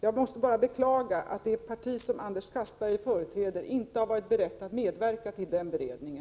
Jag måste bara beklaga att det partisom Anders Castberger företräder inte har varit berett att medverka till den beredningen.